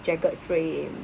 jagged frame